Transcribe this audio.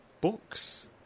books